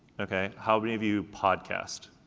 okay, how many of you podcast?